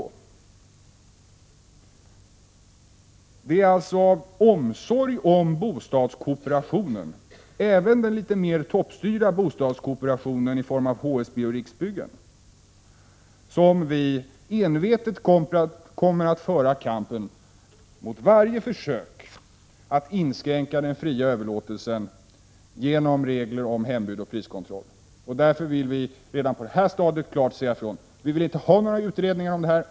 Det är alltså av omsorg om bostadskooperationen, även den litet mer toppstyrda bostadskooperationen i form av HSB och Riksbyggen, som vi envetet kommer att föra kampen mot varje försök att inskränka den fria överlåtelsen genom regler om hembud och priskontroll. Därför vill vi redan på det här stadiet klart säga ifrån: Vi vill inte ha några utredningar om det här.